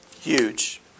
Huge